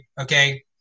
okay